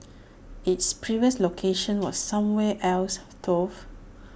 its previous location was somewhere else though